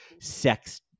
sex